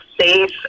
safe